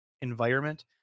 environment